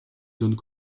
zones